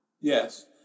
Yes